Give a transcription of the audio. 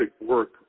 work